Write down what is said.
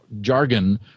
jargon